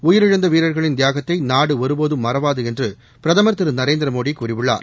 உயிரிழந்த வீரர்களின் தியாகத்தை நாடு ஒருபோதும் மறவாது என்று பிரதமர் திரு நரேந்திரமோடி கூறியுள்ளார்